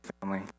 family